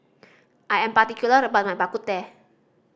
I am particular about my Bak Kut Teh